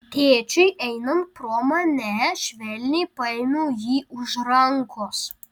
tėčiui einant pro mane švelniai paėmiau jį už rankos